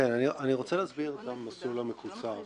אני רוצה להסביר את המסלול המקוצר,